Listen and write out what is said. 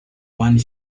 one